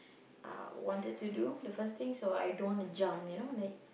uh wanted to do the first things so I don't want to jump you know like